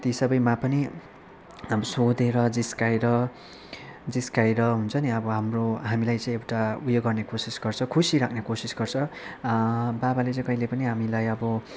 ती सबैमा पनि अब सोधेर जिस्काएर जिस्काएर हुन्छ नि अब हाम्रो हामीलाई चाहिँ एउटा उयो गर्ने कोसिस गर्छ खुसी राख्ने कोसिस गर्छ बाबाले चाहिँ कहिले पनि हामीलाई अब